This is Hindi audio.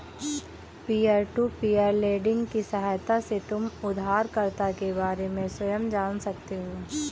पीयर टू पीयर लेंडिंग की सहायता से तुम उधारकर्ता के बारे में स्वयं जान सकते हो